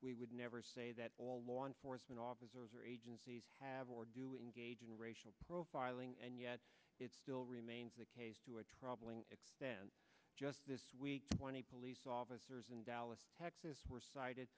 we would never say that all law enforcement officers or agencies have or do engage in racial profiling and yet it still remains the case to a troubling and then just this week twenty police officers in dallas texas were cited